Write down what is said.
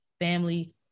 family